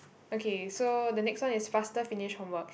okay so the next one is faster finish homework